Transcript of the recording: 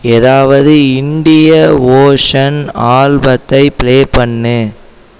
ஏதாவது Indian ocean ஆல்பத்தைப் play பண்ணு